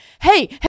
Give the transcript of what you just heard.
hey